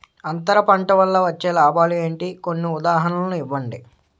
అంతర పంట వల్ల వచ్చే లాభాలు ఏంటి? కొన్ని ఉదాహరణలు ఇవ్వండి?